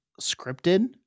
scripted